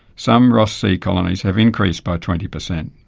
some ross sea colonies have increased by twenty percent.